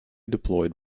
deployed